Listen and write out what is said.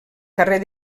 carrer